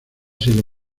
sido